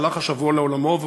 שהלך השבוע לעולמו,